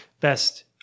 best